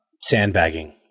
sandbagging